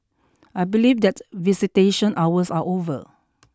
I believe that visitation hours are over